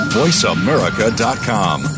voiceamerica.com